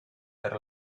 per